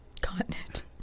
Continent